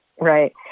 Right